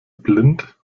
blind